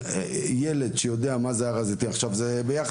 ילד שיודע מה זה הר הזיתים, זה מעניק